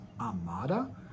Armada